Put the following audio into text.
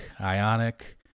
Ionic